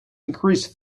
increase